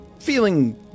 feeling